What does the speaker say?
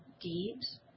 Deeds